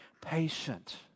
patient